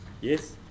Yes